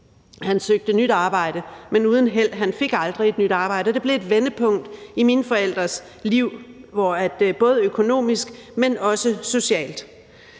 Han søgte nyt arbejde, men uden held. Han fik aldrig et nyt arbejde, og det blev et vendepunkt i mine forældres liv, både økonomisk, men også socialt.